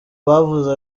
bavuze